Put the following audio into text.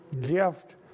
gift